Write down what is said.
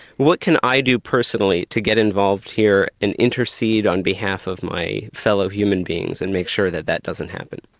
what can i do personally to get involved here and intercede on behalf of my fellow human beings and make sure that that doesn't happen?